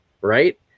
right